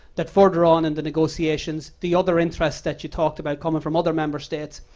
that further on in the negotiations, the other interest that you talked about, coming from other member states,